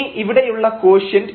ഇനി ഇവിടെയുള്ള കോഷ്യന്റ്